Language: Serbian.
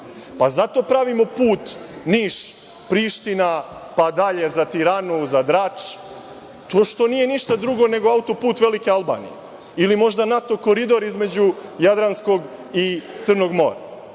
pa zato pravimo put Niš-Priština, pa dalje za Tiranu, za Drač. To nije ništa drugo nego autoput velike Albanije ili možda NATO koridor između Jadranskog i Crnog mora. Ovim